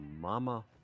Mama